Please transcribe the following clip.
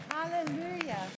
hallelujah